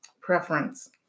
preference